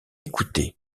écoutait